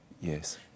Yes